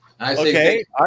Okay